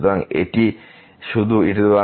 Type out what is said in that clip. সুতরাং এটি শুধু e x